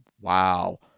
wow